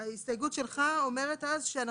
ההסתייגות לסעיף 1 אומרת שאחרי